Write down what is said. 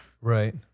Right